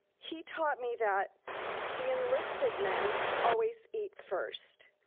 he taught me that the enlisted men always eat first.